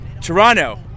Toronto